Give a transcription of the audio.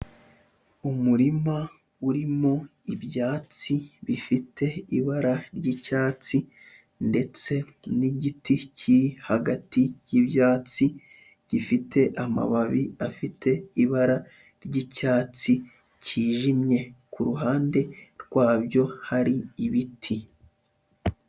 Umurima urimo ibyatsi bifite ibara ry'icyatsi ,ndetse n'igiti kiri hagati y'ibyatsi gifite amababi afite ibara ry'icyatsi kijimye, ku ruhande rwabyo hari ibiti.